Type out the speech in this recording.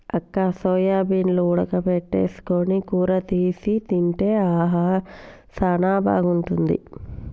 అక్క సోయాబీన్లు ఉడక పెట్టుకొని కూర సేసి తింటే ఆహా సానా బాగుంటుంది